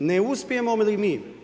ne uspijemo li mi